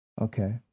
Okay